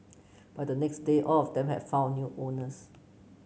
by the next day all of them had found new owners